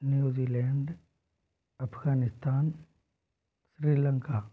New Zealand Afghanistan Sri Lanka